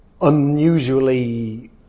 unusually